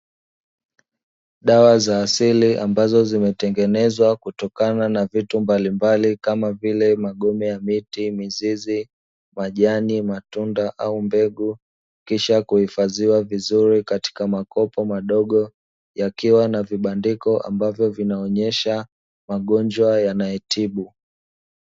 Dawa za asili ambazo zimetengenezwa kutokana na vitu mbalimbali, kama: vile magome ya miti, mizizi, majani, matunda au mbegu, kisha kuhifadhiwa vizuri katika makopo madogo, yakiwa na vibandiko ambavyo vinaonyesha magonjwa yanayotibu.